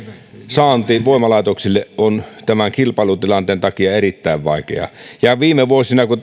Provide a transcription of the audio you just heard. saanti voimalaitoksille on tämän kilpailutilanteen takia erittäin vaikeaa ja kun viime vuosina